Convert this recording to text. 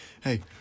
hey